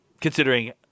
considering